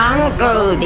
Uncle